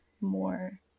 more